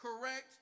correct